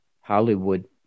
Hollywood